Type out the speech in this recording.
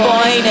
boy